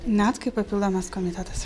net kaip papildomas komitetas